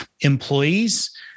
employees